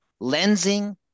lensing